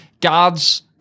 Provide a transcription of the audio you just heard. God's